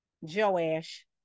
Joash